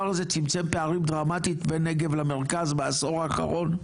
הדבר הזה צמצם פערים דרמטית בין הנגב למרכז בעשור האחרון?